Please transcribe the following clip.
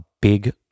big